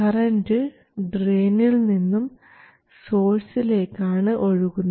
current ഡ്രയിനിൽ നിന്നും സോഴ്സിലേക്ക് ആണ് ഒഴുകുന്നത്